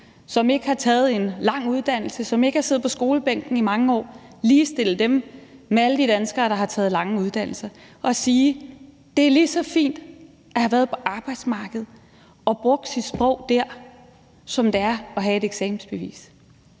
som ikke har taget en lang uddannelse, og som ikke har siddet på skolebænken i mange år, med alle de danskere, der har taget lange uddannelser, og sige, at det er lige så fint at have været på arbejdsmarkedet og brugt sit sprog dér, som det er at have et eksamensbevis.